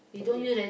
okay